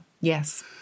Yes